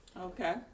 okay